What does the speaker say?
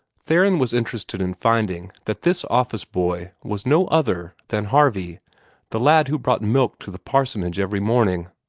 theron was interested in finding that this office-boy was no other than harvey the lad who brought milk to the parsonage every morning.